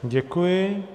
Děkuji.